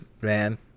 man